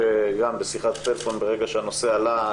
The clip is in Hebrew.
שגם בשיחת טלפון ברגע שהנושא עלה,